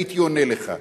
הייתי עונה לך.